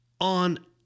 on